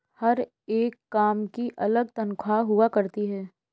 हर एक काम की अलग तन्ख्वाह हुआ करती है